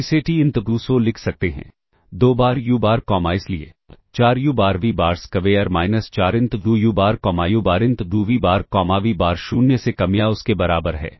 हम इसे t into सो लिख सकते हैं दो बार u बार कॉमा इसलिए 4 u bar v bar square minus 4 into u bar comma u bar into v bar comma v bar 0 से कम या उसके बराबर है